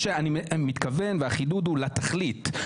החידוד הוא לתכלית,